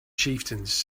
chieftains